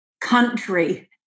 country